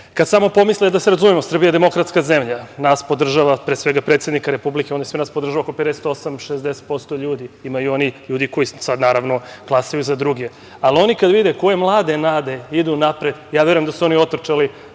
Nemanje…Da se samo razumemo, Srbija je demokratska zemlja, nas podržava, pre svega predsednika Republike, podržava oko 58%, 60% ljudi, ima i onih ljudi koji glasaju za druge, ali oni kad vide koje mlade nade idu napred verujem da su oni otrčali